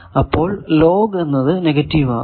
അപ്പോൾ ലോഗ് എന്നത് നെഗറ്റീവ് ആകും